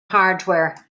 hardware